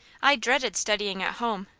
i dreaded studying at home,